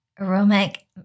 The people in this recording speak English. aromatic